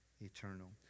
Eternal